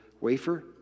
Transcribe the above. wafer